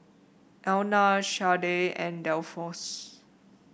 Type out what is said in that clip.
Elna Shardae and Dolphus